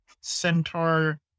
centaur